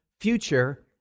future